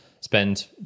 spend